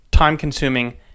time-consuming